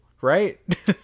Right